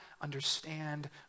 understand